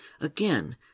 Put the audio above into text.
Again